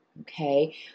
Okay